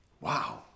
Wow